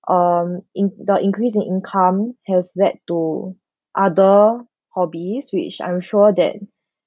um in~ the increase in income has led to other hobbies which I'm sure that